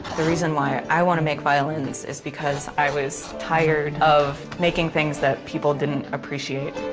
the reason why i want to make violins is because i was tired of making things that people didn't appreciate.